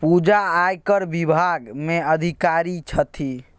पूजा आयकर विभाग मे अधिकारी छथि